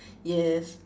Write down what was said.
yes